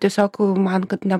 tiesiog man kad ne